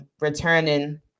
returning